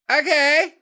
Okay